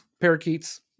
parakeets